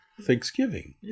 Thanksgiving